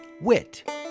Wit